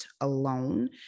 alone